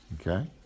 okay